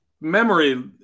memory